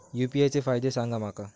UPI चे फायदे सांगा माका?